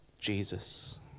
Jesus